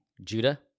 Judah